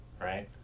right